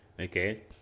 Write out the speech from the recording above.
Okay